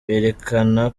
berekana